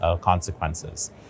consequences